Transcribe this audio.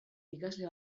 ikasle